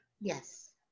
Yes